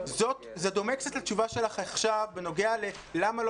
זה דומה קצת לתשובה שלך עכשיו בנוגע ללמה לא